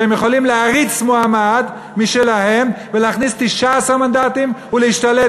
שהם יכולים להריץ מועמד משלהם ולהכניס 19 מנדטים ולהשתלט